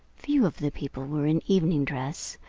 few of the people were in evening dress,